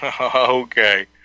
Okay